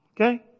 Okay